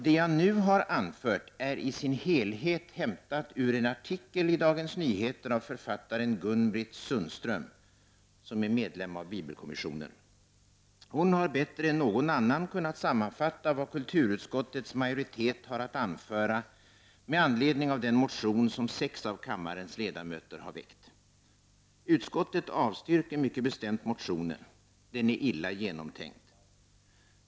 Det jag hittills har anfört är i sin helhet hämtat ur en artikel i Dagens Nyheter av författaren Gun-Britt Sundström, som är medlem av bibelkommissionen. Hon har bättre än någon annan kunnat sammanfatta vad kulturutskottets majoritet har att anföra med anledning av den motion som sex av kammarens ledamöter väckt. Utskottet avstyrker mycket bestämt motionen. Den är illa genomtänkt.